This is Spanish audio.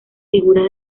figuras